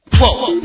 whoa